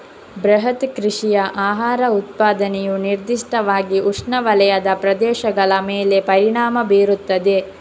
ಬೃಹತ್ ಕೃಷಿಯ ಆಹಾರ ಉತ್ಪಾದನೆಯು ನಿರ್ದಿಷ್ಟವಾಗಿ ಉಷ್ಣವಲಯದ ಪ್ರದೇಶಗಳ ಮೇಲೆ ಪರಿಣಾಮ ಬೀರುತ್ತದೆ